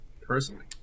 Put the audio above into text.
Personally